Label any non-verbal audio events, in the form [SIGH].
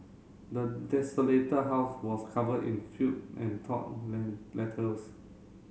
the desolated house was covered in filth and torn [UNINTELLIGIBLE] letters